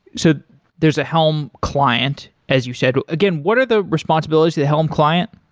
so there's a helm client, as you said. again, what are the responsibilities the helm client?